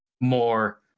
more